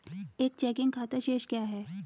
एक चेकिंग खाता शेष क्या है?